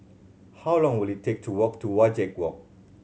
how long will it take to walk to Wajek Walk